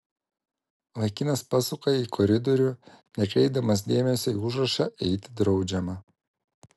vaikinas pasuka į koridorių nekreipdamas dėmesio į užrašą eiti draudžiama